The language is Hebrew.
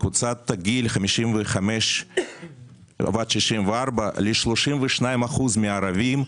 בקבוצת הגיל 55 עד 64 ל-32% מהערבים,